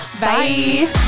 Bye